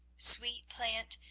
sweet plant,